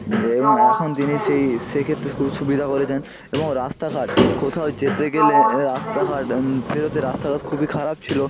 এবং এখন তিনি সেই সেই ক্ষেত্রে খুব সুবিধা করেছেন এবং রাস্তাঘাট কোথাও যেতে গেলে রাস্তাঘাট পেরতে রাস্তাঘাট খুবই খারাপ ছিলো